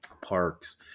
parks